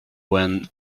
when